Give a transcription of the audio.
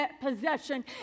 possession